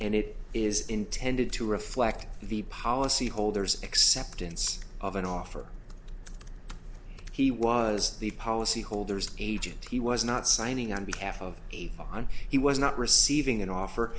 and it is intended to reflect the policyholders acceptance of an offer he was the policyholders agent he was not signing on behalf of on he was not receiving an offer